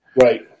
Right